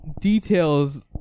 details